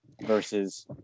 Versus